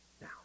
now